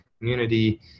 community